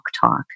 Talk